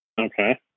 Okay